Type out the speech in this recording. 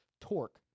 torque